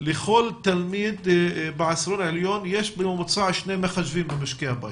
שלכל תלמיד בעשירון העליון יש בממוצע שני מחשבים במשקי הבית.